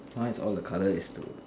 mine all the colour is to